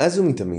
מאז ומתמיד,